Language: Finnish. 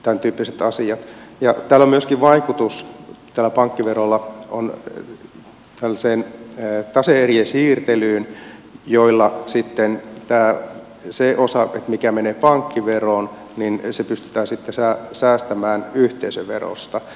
atyyppiset asiat ja tällä myöskin vaikutus tällä pankkiverolla on myöskin vaikutus tase erien siirtelyyn joilla se osa joka menee pankkiveroon pystytään sitten säästämään yhteisöverosta